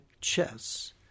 chess